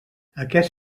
aquest